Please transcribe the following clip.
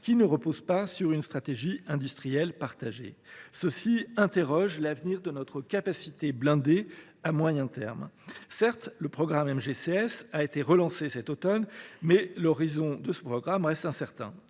lequel ne repose pas sur une stratégie industrielle partagée. Cette situation menace l’avenir de notre capacité blindée à moyen terme. Certes, le programme MGCS a été relancé cet automne, mais son horizon reste incertain.